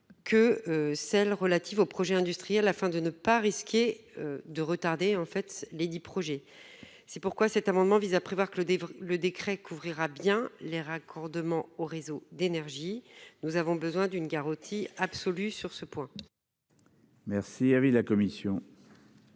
Que celles relatives au projet industriel afin de ne pas risquer. De retarder en fait les 10 projets. C'est pourquoi cet amendement vise à prévoir que le le décret couvrira bien les raccordements au réseau d'énergie. Nous avons besoin d'une garantie absolue sur ce point. Merci avait la commission.